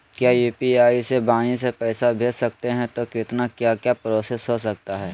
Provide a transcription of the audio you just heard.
क्या यू.पी.आई से वाणी से पैसा भेज सकते हैं तो कितना क्या क्या प्रोसेस हो सकता है?